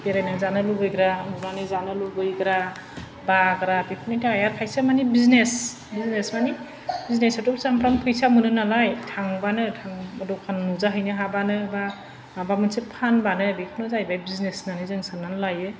बेरायनानै जानो लुबैग्रा उन्दुनानै जानो लुबैग्रा बाग्रा बेफोरनि थाखाय आरो खाइसेया मानि बिजिनेस बिजिनेस मानि बिजिनेसआथ' सामफ्रामबो फैसा मोनो नालाय थांबानो दखान नुजाहैनो हाबानो बा माबा मोनसे फानबानो बेफोर जाहैबाय बिजिनेस होननानै जों साननानै लायो